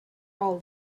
all